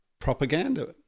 propaganda